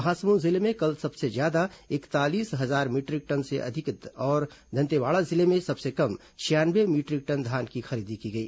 महासमुंद जिले में कल सबसे ज्यादा इकतालीस हजार मीटरिक टन से अधिक और दंतेवाड़ा जिले में सबसे कम छियानवे मीटरिक टन धान की खरीदी की गई